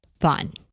fun